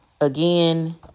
Again